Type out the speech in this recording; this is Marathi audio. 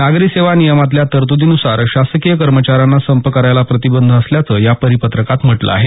नागरी सेवा नियमातल्या तरतुदीनुसार शासकीय कर्मचाऱ्यांना संप करायला प्रतिबंध असल्याचं या परिपत्रकात म्हटलं आहे